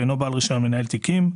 ואינו בעל רישיון מנהל תיקים,